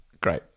Great